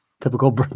typical